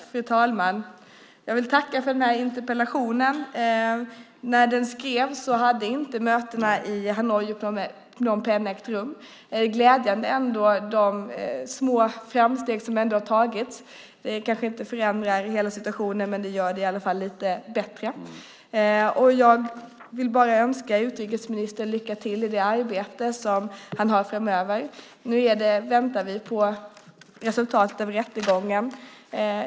Fru talman! Jag vill tacka för den här interpellationsdebatten. När interpellationen skrevs hade mötena i Hanoi och Phnom Penh inte ägt rum. Det är trots allt glädjande med de små framsteg som gjorts. Det kanske inte förändrar hela situationen, men det gör den dock lite bättre. Jag vill önska utrikesministern lycka till i det arbete han har framför sig. Nu väntar vi på resultatet av rättegången.